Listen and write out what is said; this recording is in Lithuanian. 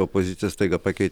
opozicija staiga pakeitė